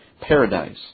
Paradise